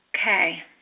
Okay